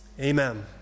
amen